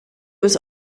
was